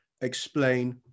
explain